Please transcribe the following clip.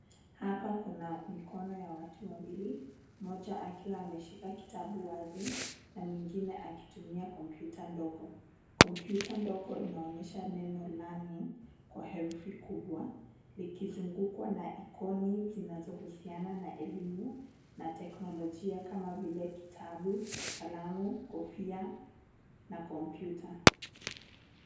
Hapa kuna mikono ya watu wawili, mmoja akiwa ameshika kitabu wazi na mwingine akitumia kompyuta ndogo. Kompyuta ndogo inaonyesha neno LEARNING kwa herufi kubwa likizungukwa na ikoni zinazohusiana na elimu na teknolojia kama vile kitabu, kalamu, kofia na kompyuta.